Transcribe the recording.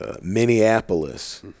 Minneapolis